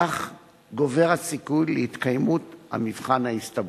כך גובר הסיכוי להתקיימות המבחן ההסתברותי,